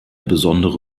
besondere